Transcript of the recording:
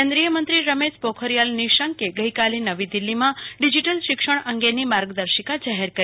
કેન્દ્રિય મંત્રી રમેશ પોખરિયાલ નિશંકે ગઈકાલે નવી દિલહીમાં ડિજિટલ શિક્ષણ અંગેની માર્ગદર્શિકા જાહેર કરી